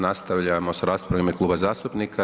Nastavljamo s raspravama u ime kluba zastupnika.